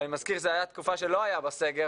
ואני מזכיר שזאת תקופה שלא היה בה סגר,